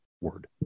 word